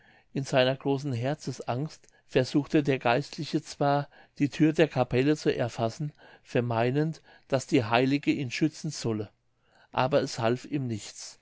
in seiner großen herzensangst versuchte der geistliche zwar die thür der capelle zu erfassen vermeinend daß die heilige ihn schützen solle aber es half ihm nichts